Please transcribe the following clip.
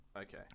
Okay